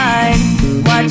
Watch